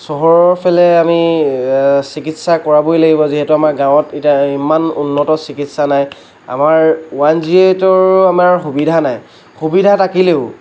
চহৰৰ ফালে আমি চিকিৎসা কৰাবই লাগিব যিহেতু আমাৰ গাঁৱত এতিয়া এই ইমান উন্নত চিকিৎসা নাই আমাৰ ওৱান জিৰ' এইটৰ আমাৰ সুবিধা নাই সুবিধা থাকিলেও